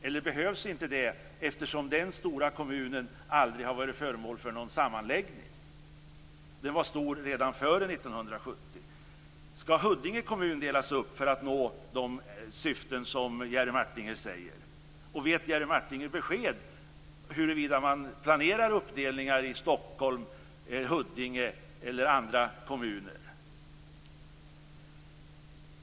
Eller behövs inte det eftersom den stora kommunen aldrig har varit föremål för någon sammanläggning? Den var stor redan före 1970. Skall Huddinge kommun delas upp för att nå de syften som Jerry Martinger säger? Vet Jerry Martinger besked huruvida man planerar uppdelningar i Stockholm, Huddinge eller andra kommuner?